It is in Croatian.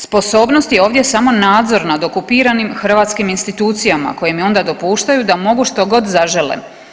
Sposobnost je ovdje samo nadzor nad okupiranim hrvatskim institucijama koje im onda dopuštaju da mogu štogod zažele.